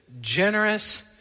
generous